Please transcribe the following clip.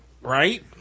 right